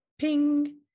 Ping